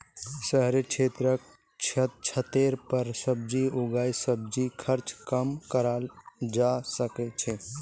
शहरेर क्षेत्रत छतेर पर सब्जी उगई सब्जीर खर्च कम कराल जबा सके छै